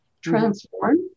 transform